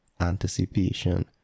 anticipation